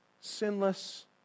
sinless